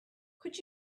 could